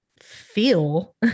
feel